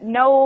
no